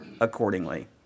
accordingly